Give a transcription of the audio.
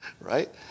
right